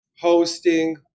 hosting